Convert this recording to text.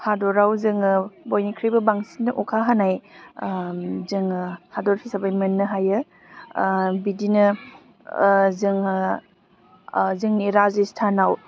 हादराव जोङो बयनिख्रुइबो बांसिन अखा हानाय जोङो हादर हिसाबै मोननो हायो बिदिनो जोङो जोंनि राजस्थानाव